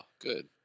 Good